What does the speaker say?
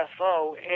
UFO